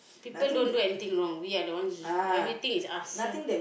people don't do anything wrong we are the ones everything is us